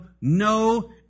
no